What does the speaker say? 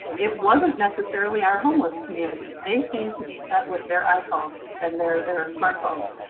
it wasn't necessarily our homeless community, they seemed to be set with their iphones and their their smartphones,